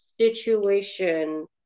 situation